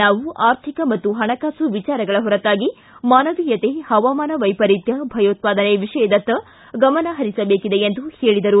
ನಾವು ಆರ್ಥಿಕ ಮತ್ತು ಪಣಕಾಸು ವಿಚಾರಗಳ ಹೊರತಾಗಿ ಮಾನವೀಯತೆ ಹವಾಮಾನ ವೈಪರೀತ್ಯ ಭಯೋತ್ಪಾದನೆ ವಿಷಯದತ್ತ ಗಮನ ಹರಿಸಬೇಕಿದೆ ಎಂದು ಹೇಳಿದ್ದಾರೆ